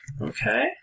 Okay